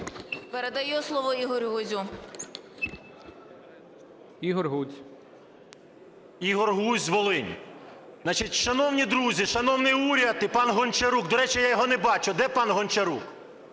ГОЛОВУЮЧИЙ. Ігор Гузь. 10:45:09 ГУЗЬ І.В. Ігор Гузь, Волинь. Значить, шановні друзі, шановний уряд і пан Гончарук! До речі, я його не бачу. Де пан Гончарук?